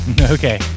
Okay